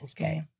Okay